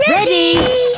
Ready